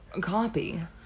copy